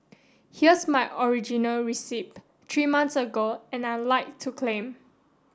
here's my original receipt three months ago and I'd like to claim